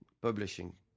publishing